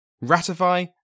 ratify